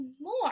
more